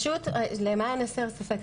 למען הסר ספק.